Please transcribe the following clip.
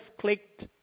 clicked